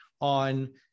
on